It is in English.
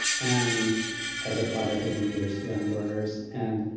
and as a project with mediators beyond borders. and,